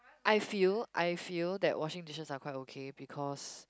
I feel I feel that washing dishes are quite okay because